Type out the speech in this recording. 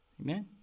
Amen